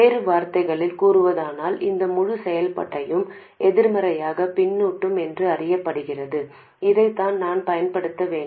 வேறு வார்த்தைகளில் கூறுவதானால் இந்த முழு செயல்முறையும் எதிர்மறையான பின்னூட்டம் என்று அறியப்படுகிறது இதைத்தான் நான் பயன்படுத்த வேண்டும்